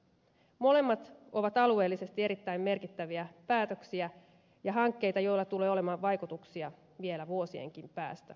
molemmat ovat alueellisesti erittäin merkittäviä päätöksiä ja hankkeita joilla tulee olemaan vaikutuksia vielä vuosienkin päästä